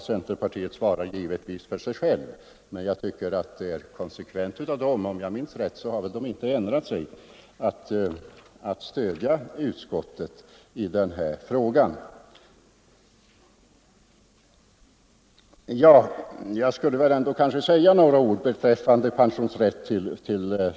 Centerpartisterna svarar givetvis för sig själva, men jag tycker att det är konsekvent av dem +— de har inte ändrat sig på den punkten, om jag minns rätt — att stödja utskottet i denna fråga. Men låt mig ändå säga några ord om de olika förslagen.